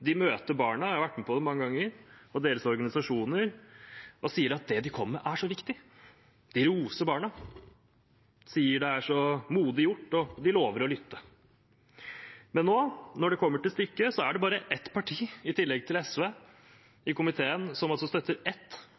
De møter barna og deres organisasjoner – jeg har vært med på det mange ganger – og sier at det de kommer med, er så viktig. De roser barna, sier det er så modig gjort, og de lover å lytte. Men nå, når det kommer til stykket, er det bare ett parti i tillegg til SV i komiteen som altså støtter ett